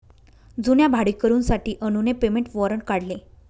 जुन्या भाडेकरूंसाठी अनुने पेमेंट वॉरंट काढले